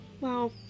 Wow